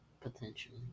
Potentially